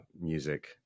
music